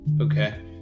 okay